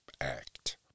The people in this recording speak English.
Act